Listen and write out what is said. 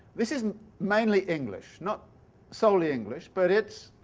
this is mainly english. not solely english, but it's